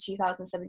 2017